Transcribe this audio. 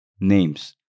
names